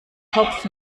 topf